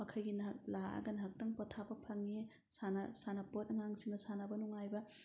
ꯃꯈꯩꯒꯤ ꯉꯩꯍꯥꯛ ꯂꯥꯛꯑꯒ ꯉꯩꯍꯥꯛꯇꯪ ꯄꯣꯊꯥꯕ ꯐꯪꯉꯤ ꯁꯥꯟꯅꯄꯣꯠ ꯑꯉꯥꯡꯁꯤꯡꯒ ꯁꯥꯟꯅꯕ ꯅꯨꯡꯉꯥꯏꯕ